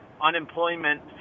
unemployment